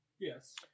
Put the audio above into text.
Yes